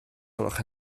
gwelwch